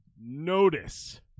notice